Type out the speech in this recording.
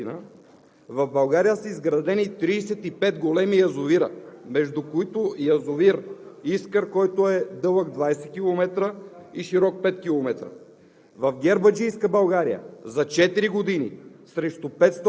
години в периода от 1949 г. до 1953 г. в България са изградени 35 големи язовира, между които язовир „Искър“, който е дълъг 20 км и широк 5 км.